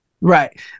Right